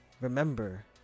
Remember